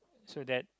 so that